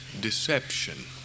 Deception